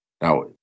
Now